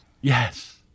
Yes